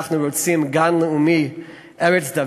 אנחנו רוצים גן לאומי ארץ-דוד.